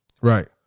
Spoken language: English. Right